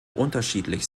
unterschiedlich